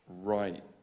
right